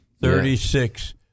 Thirty-six